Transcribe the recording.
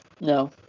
No